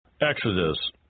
Exodus